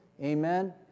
Amen